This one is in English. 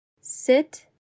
Sit